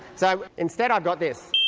so instead i've got this, a